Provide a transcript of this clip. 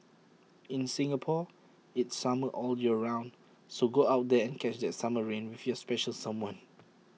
in Singapore it's summer all year round so go out there and catch that summer rain with your special someone